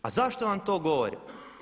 A zašto vam to govorim?